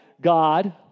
God